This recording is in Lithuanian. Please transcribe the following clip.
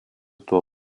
tuo